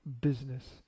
business